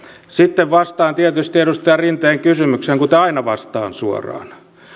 sitten vastaan tietysti edustaja rinteen kysymykseen kuten aina vastaan suoraan